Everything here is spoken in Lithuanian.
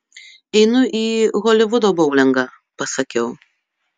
einu į holivudo boulingą pasakiau